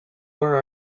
were